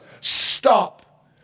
stop